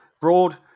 Broad